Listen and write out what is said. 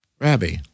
Rabbi